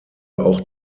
auch